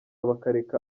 bakareka